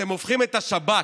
אתם הופכים את השב"כ,